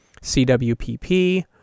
CWPP